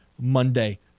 Monday